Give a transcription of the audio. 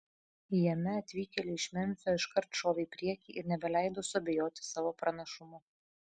jame atvykėliai iš memfio iškart šovė į priekį ir nebeleido suabejoti savo pranašumu